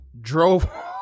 drove